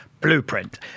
Blueprint